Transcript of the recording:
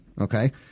okay